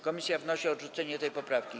Komisja wnosi o odrzucenie tej poprawki.